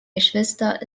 geschwister